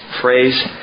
phrase